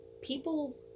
people